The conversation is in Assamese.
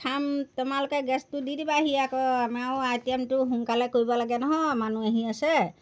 খাম তোমালোকে গেছটো দি দিবাহি আকৌ আমাৰো আইটেমটো সোনকালে কৰিব লাগে নহয় মানুহ আহি আছে